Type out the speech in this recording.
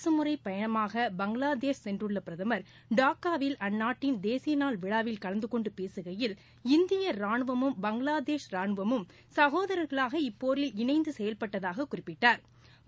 அரசு முறை பயணமாக பங்களாதேஷ் சென்றுள்ள பிரதமர் டாக்காவில் அந்நாட்டின் தேசிய நாள் விழாவில் கலந்தகொன்டு பேசுகையில் இந்திப ரானுவமும் பங்களாதேஷ் ரானுவமும் சகோதரா்களாக இப்போரில் இணைந்து செயல்பட்டதாக குறிப்பிட்டாா்